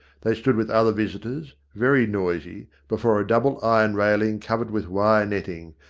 they stood with other visitors, very noisy, before a double iron railing covered with wire-netting,